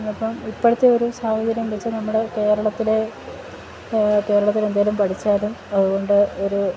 അപ്പം ഇപ്പോഴത്തെ ഒരു സാഹചര്യം വെച്ചാല് നമ്മുടെ കേരളത്തിലെ കേരളത്തിലെന്തെങ്കിലും പഠിച്ചാലും അതുകൊണ്ട് ഒരു